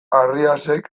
arriasek